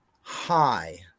high